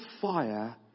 fire